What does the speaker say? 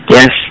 Yes